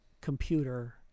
computer